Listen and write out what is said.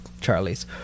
charlie's